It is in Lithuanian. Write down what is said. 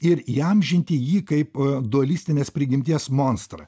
ir įamžinti jį kaip dualistinės prigimties monstrą